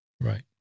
Right